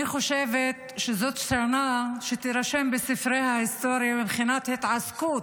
אני חושבת שזאת שנה שתירשם בספרי ההיסטוריה מבחינת התעסקות